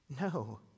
No